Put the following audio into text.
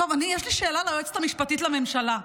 טוב, אני, יש לי שאלה ליועצת המשפטית לממשלה.